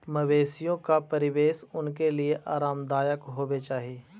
मवेशियों का परिवेश उनके लिए आरामदायक होवे चाही